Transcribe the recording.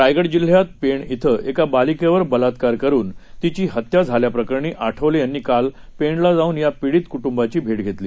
रायगड जिल्ह्यात पेण इथं एका बालिकेवर बलात्कार करून तिची हत्या झाल्याप्रकरणी आठवले यांनी काल पेणला जाऊन पीडित कुटुंबाची भेट घेतली